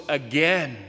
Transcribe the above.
again